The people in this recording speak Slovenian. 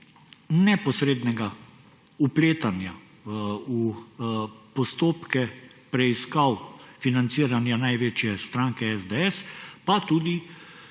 neposrednega vpletanja v postopke preiskav financiranja največje stranke SDS, pa če